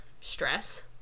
stress